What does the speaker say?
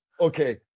Okay